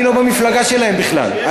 אני לא מהמפלגה שלהם בכלל,